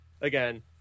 again